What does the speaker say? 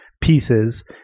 pieces